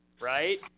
right